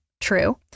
True